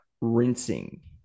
rinsing